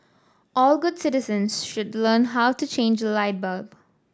all good citizens should learn how to change a light bulb